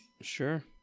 Sure